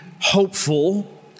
hopeful